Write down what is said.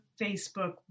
Facebook